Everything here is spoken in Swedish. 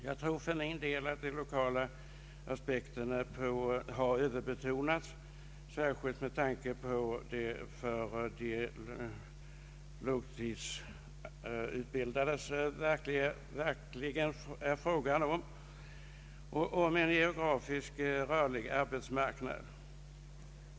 Jag tror för min del att de lokala aspekterna har överbetonats, särskilt med tanke på att de långtidsutbildade kommer ut på en geografiskt rörlig arbetsmarknad.